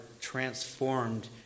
transformed